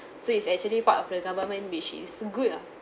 so it's actually part of the government which is good ah